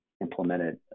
implemented